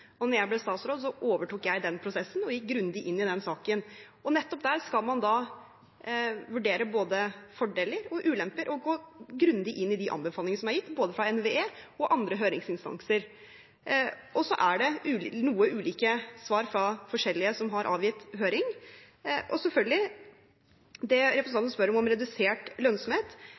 jeg ble statsråd, overtok jeg den prosessen og gikk grundig inn i saken. Nettopp der skal man da vurdere både fordeler og ulemper og gå grundig inn i de anbefalingene som er gitt fra både NVE og andre høringsinstanser. Det er noe ulike svar fra de forskjellige som har avgitt høring. Representanten spør om redusert lønnsomhet, og det vil det selvfølgelig være ganske vanskelig å si noe helt eksakt om